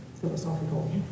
philosophical